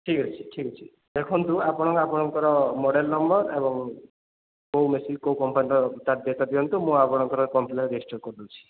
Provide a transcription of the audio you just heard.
ଠିକ୍ ଅଛି ଠିକ୍ ଅଛି ଦେଖନ୍ତୁ ଆପଣ ଆପଣଙ୍କର ମଡ଼େଲ୍ ନମ୍ବର୍ ଏବଂ କେଉଁ ମେସିନ୍ କେଉଁ କମ୍ପାନୀର ତା ଦିଅନ୍ତୁ ମୁଁ ଆପଣଙ୍କର କମ୍ପ୍ଲେନ୍ ରେଜିଷ୍ଟର୍ କରିଦେଉଛି